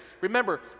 Remember